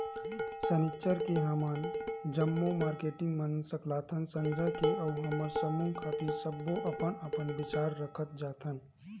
सनिच्चर के हमन जम्मो मारकेटिंग मन सकलाथन संझा के अउ हमर समूह खातिर सब्बो अपन अपन बिचार रखत जाथन